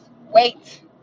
Wait